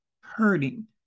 hurting